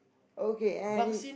okay and it